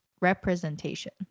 representation